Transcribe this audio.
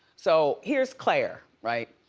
so here's claire, right.